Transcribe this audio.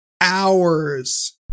hours